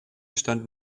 stand